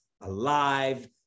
alive